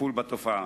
לטיפול בתופעה.